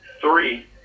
three